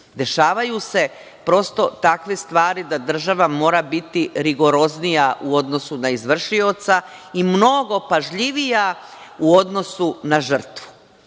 Dešavaju se prosto takve stvari da država mora biti rigoroznija u odnosu na izvršioca i mnogo pažljivija u odnosu na žrtvu. Samo